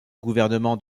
gouvernement